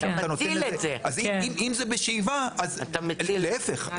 אז אם זה בשאיבה אז להיפך.